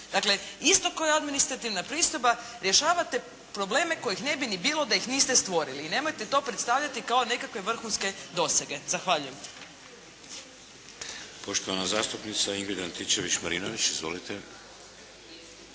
Dakle isto kao i administrativna pristojba. Rješavate probleme kojih ne bi ni bilo da ih niste stvorili. I nemojte to predstavljati kao nekakve vrhunske dosege. Zahvaljujem. **Šeks, Vladimir (HDZ)** Poštovana zastupnica Ingrid Antičević-Marinović. Izvolite!